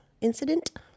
incident